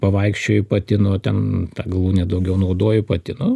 pavaikščiojai patino ten tą galūnę daugiau naudojai patino